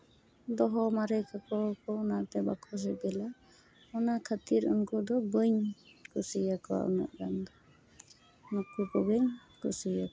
ᱫᱚᱦᱚ ᱢᱟᱨᱮ ᱠᱟᱠᱚ ᱟᱠᱚ ᱚᱱᱟᱛᱮ ᱵᱟᱠᱚ ᱥᱤᱵᱤᱞᱟ ᱚᱱᱟ ᱠᱷᱟᱹᱛᱤᱨ ᱩᱱᱠᱩ ᱫᱚ ᱵᱟᱹᱧ ᱠᱩᱥᱤᱭᱟᱠᱚᱣᱟ ᱩᱱᱟᱹᱜ ᱜᱟᱱ ᱫᱚ ᱱᱩᱠᱩ ᱠᱚᱜᱤᱧ ᱠᱩᱥᱤ ᱟᱠᱚᱣᱟ